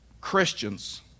Christians